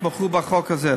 תתמכו בחוק הזה.